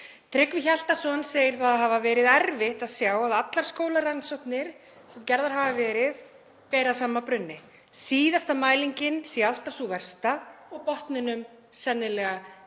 Tryggvi Hjaltason segir það hafa verið erfitt að sjá að allar skólarannsóknir sem gerðar hafa verið beri að sama brunni, síðasta mælingin sé alltaf sú versta og botninum sennilega ekki